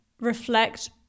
reflect